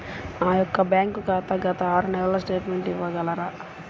నా యొక్క బ్యాంక్ ఖాతా గత ఆరు నెలల స్టేట్మెంట్ ఇవ్వగలరా?